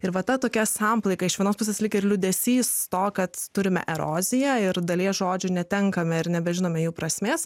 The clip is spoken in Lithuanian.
ir va tokia samplaika iš vienos pusės lyg ir liūdesys to kad turime eroziją ir dalies žodžių netenkame ir nebežinome jų prasmės